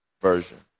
version